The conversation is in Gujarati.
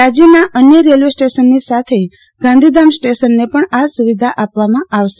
રાજ્યમાં અન્ય રેલ્વે સ્ટેશન ની સાથે ગાંધીધામ સ્ટેશનને પણ આ સુવિધા આપવામાં આવશે